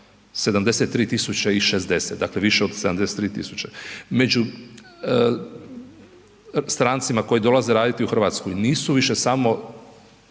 73 060. Dakle, više od 73 tisuće. Među strancima koji dolaze raditi u Hrvatsku, nisu više samo